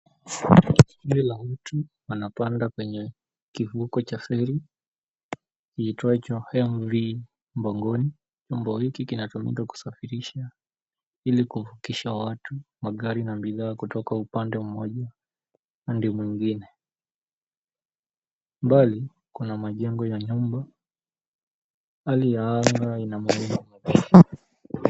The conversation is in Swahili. Kundi la watu wanapanda kwenye kivuko cha ferri kiitwacho Henry mbogoni, chombo hiki kinatumika kusafirisha ili kuvukisha watu magari na bidhaa kutoka upande moja hadi mwingine. 𝑀bali kuna majengo ya nyumba, hali ya anga ina mawingu.